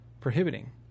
Prohibiting